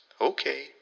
Okay